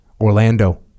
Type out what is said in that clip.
Orlando